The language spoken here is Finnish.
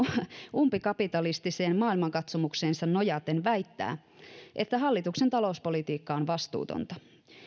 umpikapitalistiseen maailmankatsomukseensa nojaten väittää että hallituksen talouspolitiikka on vastuutonta